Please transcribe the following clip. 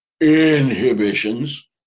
inhibitions